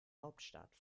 hauptstadt